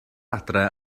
adre